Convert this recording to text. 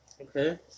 Okay